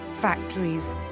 Factories